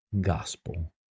gospel